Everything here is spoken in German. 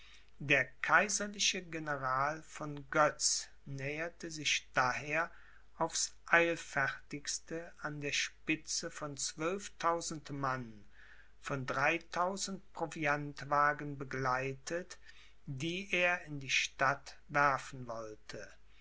der kaiserliche general von götz näherte sich daher aufs eilfertigste an der spitze von zwölftausend mann von dreitausend proviantwagen begleitet die er in die stadt werfen wollte